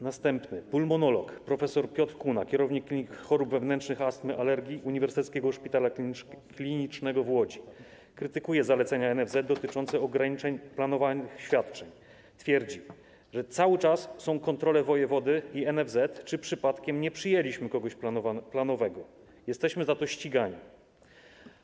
Następny, pulmonolog prof. Piotr Kuna, kierownik kliniki chorób wewnętrznych, astmy, alergii uniwersyteckiego szpitala klinicznego w Łodzi, krytykuje zalecenia NFZ dotyczące ograniczeń planowanych świadczeń, twierdzi, że cały czas są kontrole wojewody i NFZ: czy przypadkiem nie przyjęliśmy kogoś planowego, jesteśmy za to ścigani.